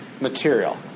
Material